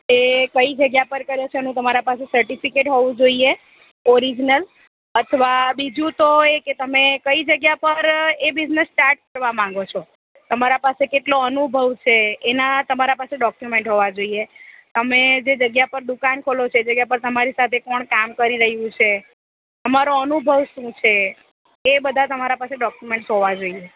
એ કઈ જગ્યા પર કર્યો છે એનું તમારા પાસે સર્ટિફિકેટ હોવું હોવું જોઈએ ઓરિજનલ અથવા બીજું તો એક કે તમે કઈ જગ્યા પર એ બિજનેસ સ્ટાર્ટ કરવા માંગો છો તમારા પાસે કેટલો અનુભવ છે એના તમારા પાસે ડોક્યુમેન્ટ હોવા જોઈએ તમે જે જગ્યા પર દુકાન ખોલો છો એ જગ્યા પર તમારી સાથે કોણ કામ કરી રહ્યું છે તમારો અનુભવ શું છે એ બધા તમારા પાસે ડોક્યુમેન્ટ્સ હોવા જોઈએ